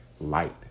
light